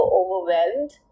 overwhelmed